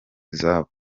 izabo